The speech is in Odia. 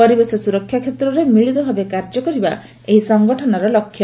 ପରିବେଶ ସୁରକ୍ଷା କ୍ଷେତ୍ରରେ ମିଳିତ ଭାବେ କାର୍ଯ୍ୟ କରିବା ଏହି ସଙ୍ଗଠନର ଲକ୍ଷ୍ୟ